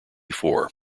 four